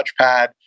touchpad